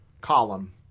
column